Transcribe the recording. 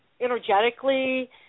energetically